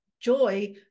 joy